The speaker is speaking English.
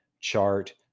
chart